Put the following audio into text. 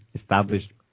established